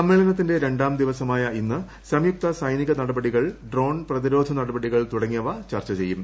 സമ്മേളനത്തിന്റെ രണ്ടാം ദിവസമായ ഇന്ന് സംയുക്ത സൈനിക നടപടികൾ ഡ്രോൺ പ്രതിരോധ നടപടികൾ തുടങ്ങിയവ ചർച്ച ചെയ്യും